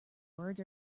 words